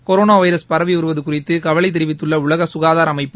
corona virus பரவி வருவது குறித்து கவலை தெிவித்துள்ள உலக சுகாதார அமைப்பு